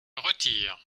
retire